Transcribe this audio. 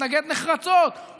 מתנגד נחרצות.